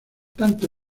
tanto